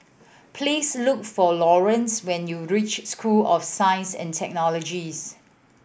please look for Laurance when you reach School of Science and Technologies